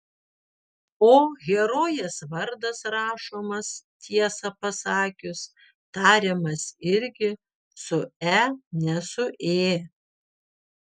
o herojės vardas rašomas tiesą pasakius tariamas irgi su e ne su ė